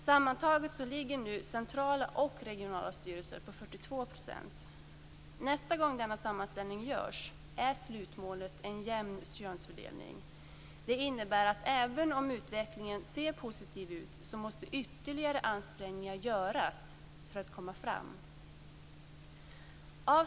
Sammantaget ligger nu andelen kvinnor i centrala och regionala styrelser på 42 %. Nästa gång denna sammanställning görs är slutmålet en jämn könsfördelning. Det innebär att även om utvecklingen ser positiv ut, måste ytterligare ansträngningar göras för att komma fram.